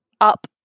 up